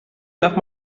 nach